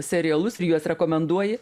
serialus ir juos rekomenduoji